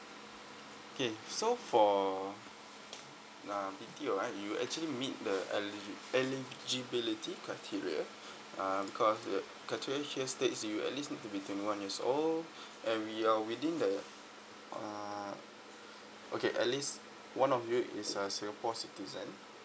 okay so for uh B_T_O right you actually meet the eli~ eligibility criteria uh because the criteria here states you at least need to be twenty one years old and we are within the uh okay at least one of you is a singapore citizen